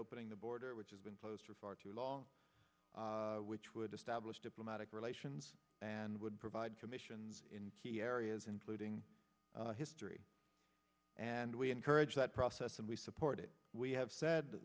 opening the border which has been closed for far too long which would establish diplomatic relations and would provide commissions in key areas including history and we encourage that process and we support it we have said